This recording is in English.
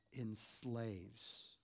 enslaves